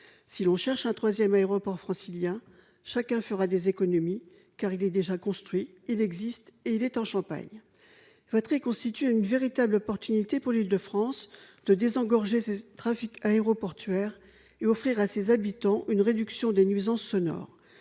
Si l'on cherche un troisième aéroport francilien, chacun fera des économies, car il est déjà construit : il existe et il est en Champagne ! Vatry constitue une véritable opportunité pour l'Île-de-France de désengorger ses trafics aéroportuaires et d'offrir à ses habitants une réduction des nuisances sonores.